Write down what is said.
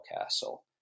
Castle